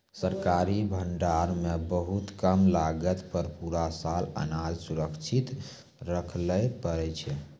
सरकारी भंडार मॅ बहुत कम लागत पर पूरा साल अनाज सुरक्षित रक्खैलॅ पारै छीं